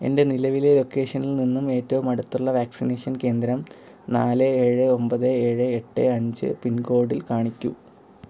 എന്റെ നിലവിലെ ലൊക്കേഷനിൽ നിന്നും ഏറ്റവും അടുത്തുള്ള വാക്സിനേഷൻ കേന്ദ്രം നാല് ഏഴ് ഒമ്പത് ഏഴ് എട്ട് അഞ്ച് പിൻകോഡിൽ കാണിക്കൂ